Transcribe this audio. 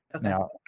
now